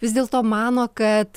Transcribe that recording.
vis dėl to mano kad